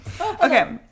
Okay